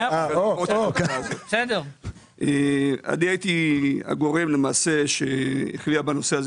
אני הייתי למעשה הגורם שהכריע בנושא הזה